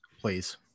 Please